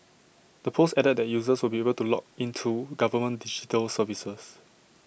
the post added that users would be able to log into government digital services